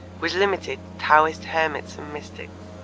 was limited to taoist hermits and mystics.